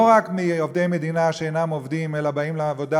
לא רק עובדי מדינה שאינם עובדים אלא באים לעבודה